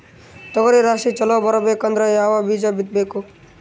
ತೊಗರಿ ರಾಶಿ ಚಲೋ ಬರಬೇಕಂದ್ರ ಯಾವ ಬೀಜ ಬಿತ್ತಬೇಕು?